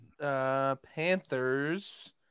Panthers